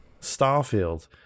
starfield